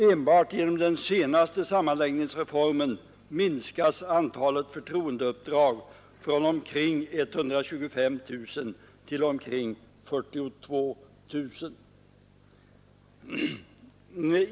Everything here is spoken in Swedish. Enbart genom den senaste sammanläggningsreformen minskas antalet förtroendeuppdrag från omkring 125 000 till omkring 42 000.